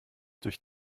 durch